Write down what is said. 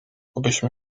obyśmy